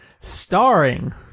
starring